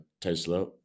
Tesla